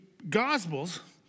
Gospels